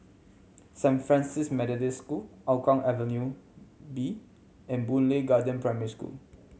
Saint Francis Methodist School Hougang Avenue B and Boon Lay Garden Primary School